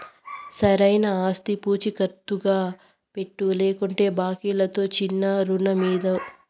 సరైన ఆస్తి పూచీకత్తుగా పెట్టు, లేకంటే బాంకీలుతో చిన్నా రుణమీదు